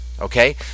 Okay